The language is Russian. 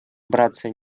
братцы